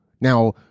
Now